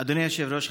אדוני היושב-ראש,